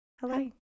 Hello